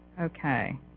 Okay